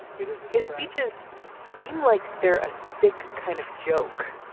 it is his speeches seem like they're a sick kind of joke.